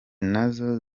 nazo